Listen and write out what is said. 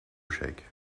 chèques